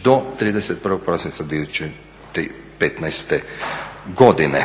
do 31. prosinca 2015. godine.